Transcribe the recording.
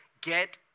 Get